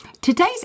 Today's